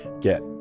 Get